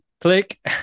Click